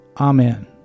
Amen